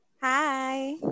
Hi